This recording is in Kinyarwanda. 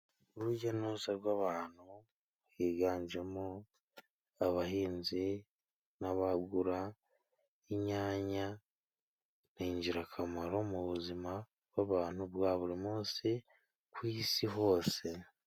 Urujya n'uruza rw'abantu, higanjemo abahinzi n'abagura inyanya, n'ingirakamaro mu buzima bw'abantu bwa buri munsi ku isi hose.